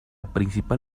principal